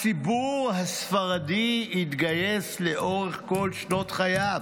הציבור הספרדי התגייס לאורך כל שנות חייו,